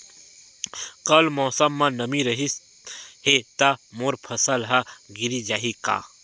कल मौसम म नमी रहिस हे त मोर फसल ह गिर जाही का?